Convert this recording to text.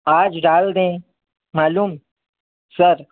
आज डाल दें सर